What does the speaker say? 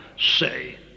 say